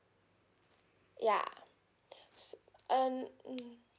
yeah and mm